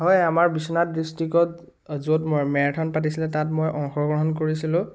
হয় আমাৰ বিশ্বনাথ ডিষ্ট্ৰিকত য'ত মেৰাথান পাতিছিলে তাত মই অংশগ্ৰহণ কৰিছিলোঁ